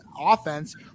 offense